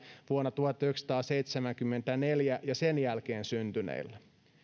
vuonna tuhatyhdeksänsataaseitsemänkymmentäneljä ja sen jälkeen syntyneillä